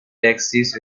taxis